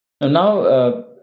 Now